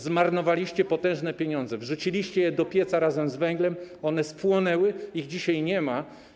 Zmarnowaliście potężne pieniądze, wrzuciliście je do pieca razem z węglem, one spłonęły, ich dzisiaj nie ma.